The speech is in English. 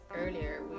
earlier